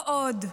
לא עוד.